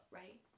right